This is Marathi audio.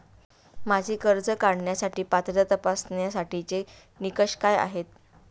माझी कर्ज काढण्यासाठी पात्रता तपासण्यासाठीचे निकष काय आहेत?